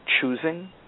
choosing